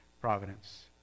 Providence